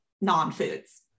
non-foods